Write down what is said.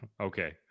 Okay